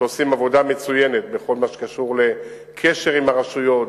שעושים עבודה מצוינת בכל מה שקשור לקשר עם הרשויות,